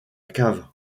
cave